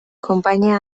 konpainia